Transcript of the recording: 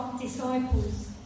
disciples